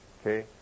Okay